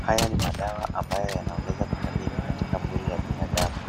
Haya ni madawa ambayo yanaongeza vitamini katika mwili ya binadamu.